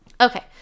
Okay